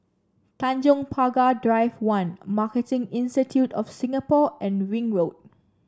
Tanjong Pagar Drive One Marketing Institute of Singapore and Ring Road